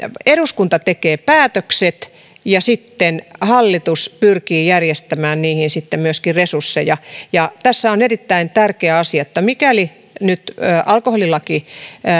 eduskunta tekee päätökset ja sitten hallitus pyrkii järjestämään niihin myöskin resursseja ja tässä on erittäin tärkeä asia se että mikäli nyt alkoholilaki